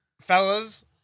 Fellas